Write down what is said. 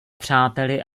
přáteli